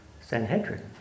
Sanhedrin